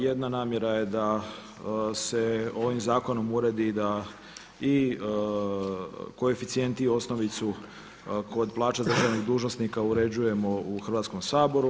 Jedna namjera je da se ovim zakonom uredi da i koeficijent i osnovicu kod plaća državnih dužnosnika uređujemo u Hrvatskom saboru.